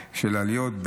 עליות.